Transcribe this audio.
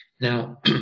Now